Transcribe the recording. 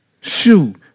Shoot